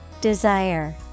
Desire